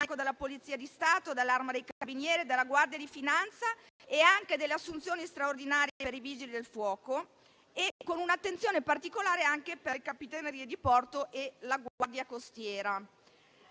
della Polizia di Stato, dell'Arma dei carabinieri e della Guardia di finanza e anche delle assunzioni straordinarie per i Vigili del fuoco, con un'attenzione particolare per le Capitanerie di porto e la Guardia costiera.